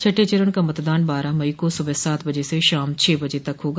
छठें चरण का मतदान बारह मई को सुबह सात बजे से शाम छह बजे तक होगा